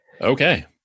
Okay